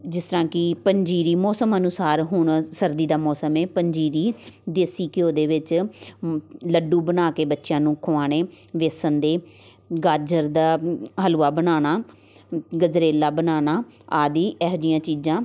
ਜਿਸ ਤਰਾਂ ਕਿ ਪੰਜੀਰੀ ਮੌਸਮ ਅਨੁਸਾਰ ਹੁਣ ਆਹ ਸਰਦੀ ਦਾ ਮੌਸਮ ਹੈ ਪੰਜੀਰੀ ਦੇਸੀ ਘਿਓ ਦੇ ਵਿੱਚ ਮ ਲੱਡੂ ਬਣਾ ਕੇ ਬੱਚਿਆਂ ਨੂੰ ਖਿਲਾਉਣੇ ਵੇਸਣ ਦੇ ਗਾਜਰ ਦਾ ਹਲਵਾ ਬਣਾਉਣਾ ਗਜਰੇਲਾ ਬਣਾਉਣਾ ਆਦਿ ਇਹੋ ਜਿਹੀਆਂ ਚੀਜ਼ਾਂ